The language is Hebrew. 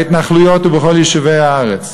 אוהבי ארץ-ישראל, בהתנחלויות ובכל יישובי הארץ.